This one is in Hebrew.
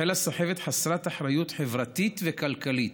החלה סחבת חסרת אחריות חברתית וכלכלית,